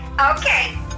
Okay